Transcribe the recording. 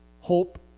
hope